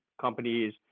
companies